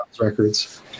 records